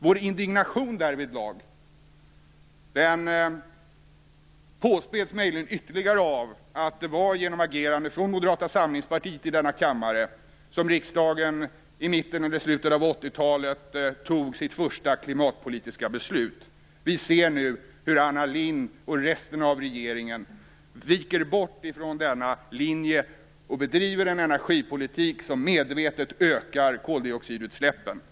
Vår indignation därvidlag påspäds möjligen ytterligare av att det var genom agerande från Moderata samlingspartiet i denna kammare som riksdagen i mitten eller slutet av 80-talet fattade sitt första klimatpolitiska beslut. Vi ser nu hur Anna Lindh och resten av regeringen viker bort ifrån denna linje och bedriver en energipolitik som medvetet ökar koldioxidutsläppen.